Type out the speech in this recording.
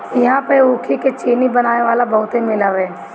इहां पर ऊखी के चीनी बनावे वाला बहुते मील हवे